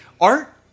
art